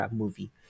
movie